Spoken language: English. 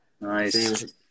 nice